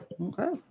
Okay